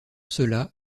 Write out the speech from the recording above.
cela